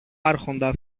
άρχοντα